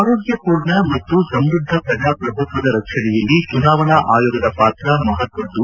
ಆರೋಗ್ಯ ಪೂರ್ಣ ಮತ್ತು ಸಮೃದ್ಧ ಪ್ರಜಾಪ್ರಭುತ್ವದ ರಕ್ಷಣೆಯಲ್ಲಿ ಚುನಾವಣಾ ಆಯೋಗದ ಪಾತ್ರ ಮಹತ್ವದ್ದು